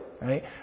right